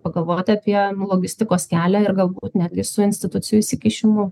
pagalvoti apie logistikos kelią ir galbūt netgi su institucijų įsikišimu